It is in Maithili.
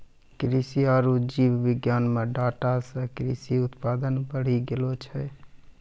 कृषि आरु जीव विज्ञान मे डाटा से कृषि उत्पादन बढ़ी गेलो छै